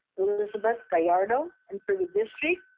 elizabeth guyardo, and for the district,